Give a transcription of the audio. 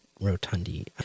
rotundi